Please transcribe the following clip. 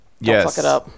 yes